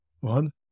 one